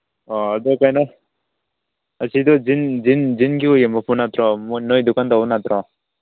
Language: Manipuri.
ꯑꯣ ꯑꯗꯨ ꯀꯩꯅꯣ ꯑꯁꯤꯗꯣ ꯖꯤꯟ ꯖꯤꯟ ꯖꯤꯟꯒꯤ ꯑꯣꯏꯕ ꯄꯣꯠ ꯅꯠꯇ꯭ꯔꯣ ꯅꯣꯏ ꯗꯨꯀꯥꯟꯗꯧ ꯅꯠꯇ꯭ꯔꯣ